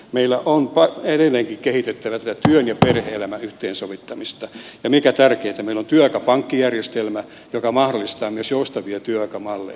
meidän on edelleenkin kehitettävä tätä työn ja perhe elämän yhteensovittamista ja mikä tärkeintä meillä on työaikapankkijärjestelmä joka mahdollistaa myös joustavia työaikamalleja